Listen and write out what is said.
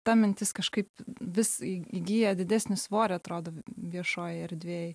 ta mintis kažkaip vis įgyja didesnį svorį atrodo viešojoj erdvėj